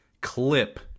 clip